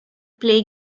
play